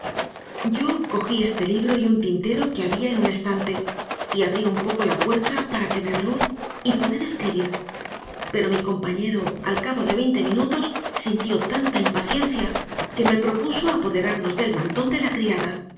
yo cogí este libro y un tintero que había en un estante y abrí un poco la puerta para tener luz y poder escribir pero mi compañero al cabo de veinte minutos sintió tanta impaciencia que me propuso apoderarnos del mantón de la criada